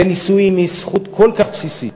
ונישואים הם זכות כל כך בסיסית,